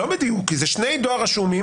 לא בדיוק כי זה שני דואר רשומים.